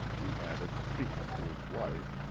he added, speaking to his wife,